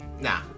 nah